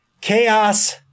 Chaos